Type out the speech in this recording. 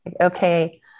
okay